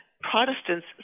Protestants